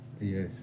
yes